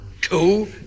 two